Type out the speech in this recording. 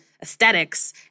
aesthetics